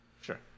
sure